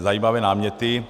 Zajímavé náměty.